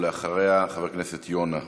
ואחריה, חבר הכנסת יונה.